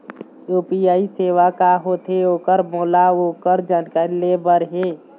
UPI सेवा का होथे ओकर मोला ओकर जानकारी ले बर हे?